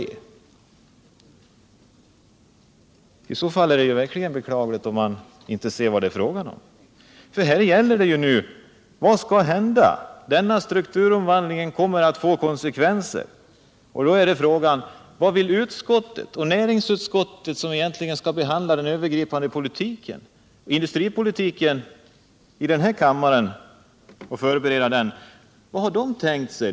Det är i så fall verkligt beklagligt. Denna strukturomvandling kommer att få stora konsekvenser. Näringsutskottet skall förbereda förslagen till den övergripande industripolitiken i den här kammaren. Vad har utskottet tänkt sig?